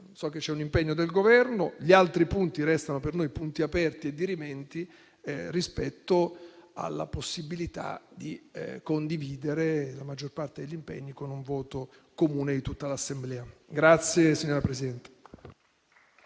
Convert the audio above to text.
so che c'è un impegno del Governo. Gli altri punti restano per noi punti aperti e dirimenti rispetto alla possibilità di condividere la maggior parte degli impegni con un voto comune di tutta l'Assemblea. PRESIDENTE.